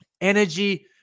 energy